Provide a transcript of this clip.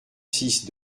six